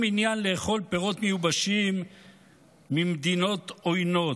עניין לאכול פירות מיובשים ממדינות עוינות,